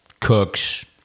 cooks